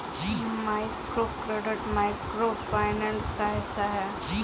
microcredit micro finance का हिस्सा है